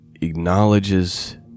acknowledges